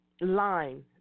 line